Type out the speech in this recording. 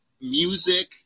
music